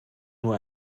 nur